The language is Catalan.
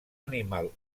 animal